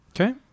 Okay